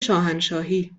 شاهنشاهی